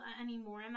anymore